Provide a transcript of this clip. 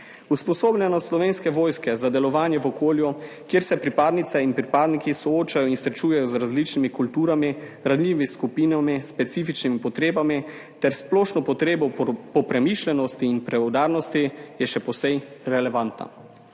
Usposobljenost Slovenske vojske za delovanje v okolju, kjer se pripadnice in pripadniki soočajo in srečujejo z različnimi kulturami, ranljivimi skupinami, specifičnimi potrebami ter splošno potrebo po premišljenosti in preudarnosti, je še posebej relevantna.